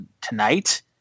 tonight